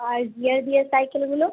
আর gear দেওয়া সাইকেলগুলো